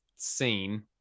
scene